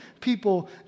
people